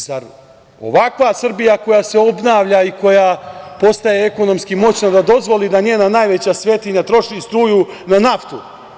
Zar ovakva Srbija koja se obnavlja i koja postaje ekonomski moćna da dozvoli da njena najveća svetinja troši struju na naftu?